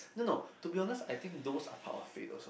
no no to be honest I think those are part of fate also